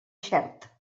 xert